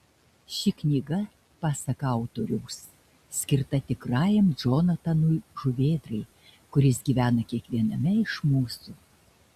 ši knyga pasak autoriaus skirta tikrajam džonatanui žuvėdrai kuris gyvena kiekviename iš mūsų